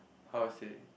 how to say